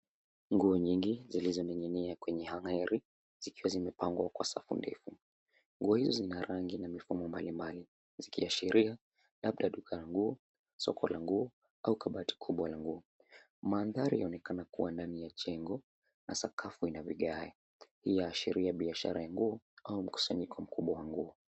Nguo nyingi zilizoning'inia kwenye hanger zikiwa zimepangwa kwa safu ndefu. Nguo hizi zina rangi na mifumo mbalimbali zikiashiria labda duka ya nguo, soko la nguo au kabati kubwa la nguo. Mandhari yaonekana kuwa ndani ya jengo na sakafu ina vigae. Hii yaashiria biashara ya nguo au mkusanyiko mkubwa wa nguo.